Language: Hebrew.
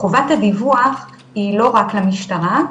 חובת הדיווח היא לא רק למשטרה,